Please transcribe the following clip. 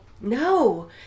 No